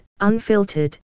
unfiltered